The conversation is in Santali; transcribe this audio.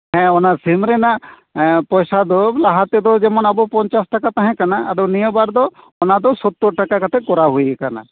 ᱦᱮᱸ ᱚᱱᱟ ᱥᱤᱢ ᱨᱮᱱᱟᱜ ᱯᱚᱭᱥᱟ ᱫᱚ ᱞᱟᱦᱟᱛᱮᱫᱚ ᱟᱵᱚ ᱡᱮᱢᱚᱱ ᱯᱚᱧᱪᱟᱥ ᱴᱟᱠᱟ ᱛᱟᱦᱮᱸ ᱠᱟᱱᱟ ᱟᱫᱚ ᱱᱤᱭᱟᱹ ᱵᱟᱨ ᱫᱚ ᱚᱱᱟ ᱫᱚ ᱥᱳᱛᱛᱳᱨ ᱴᱟᱠᱟ ᱠᱟᱛᱮ ᱠᱚᱨᱟᱣ ᱦᱩᱭᱟᱠᱟᱱᱟ